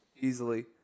Easily